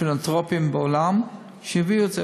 פילנתרופים בעולם, שהביאו את זה.